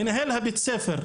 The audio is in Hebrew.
מנהל בית הספר,